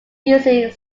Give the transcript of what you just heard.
using